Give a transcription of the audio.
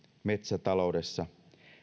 metsätaloudessa